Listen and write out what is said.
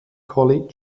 college